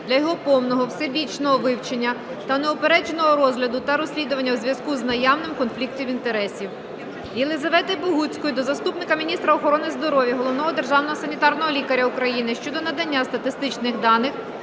для його повного, всебічного вивчення та неупередженого розгляду, та розслідування у зв'язку з наявним конфліктом інтересів. Єлізавети Богуцької до заступника міністра охорони здоров'я - Головного державного санітарного лікаря України щодо надання статистичних даних